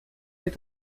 est